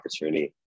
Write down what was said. opportunity